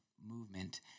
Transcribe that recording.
movement